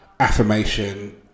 affirmation